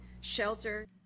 shelter